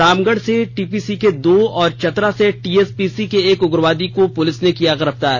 रामगढ़ से टीपीसी के दो और चतरा से टीएसपीसी के एक उग्रवादी को पुलिस ने किया गिरफ्तार